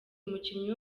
umukinnyi